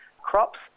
crops